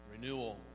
renewal